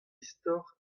istor